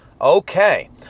Okay